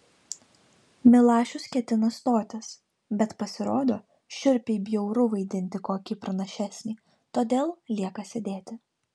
milašius ketina stotis bet pasirodo šiurpiai bjauru vaidinti kokį pranašesnį todėl lieka sėdėti